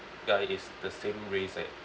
ya it is the same race eh